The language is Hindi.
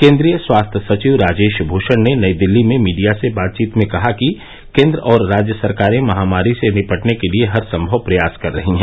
केन्द्रीय स्वास्थ्य सचिव राजेश भूषण ने नई दिल्ली में मीडिया से बातचीत में कहा कि केंद्र और राज्य सरकारे महामारी से निपटने के लिए हर संमव प्रयास कर रही हैं